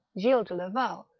gilles de laval,